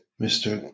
,mr